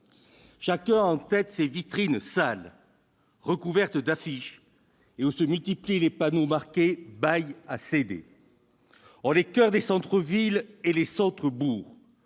Chacun a en tête l'image de vitrines sales, recouvertes d'affiches, où se multiplient les panneaux marqués « bail à céder ». Or les coeurs des centres-villes et les centres-bourgs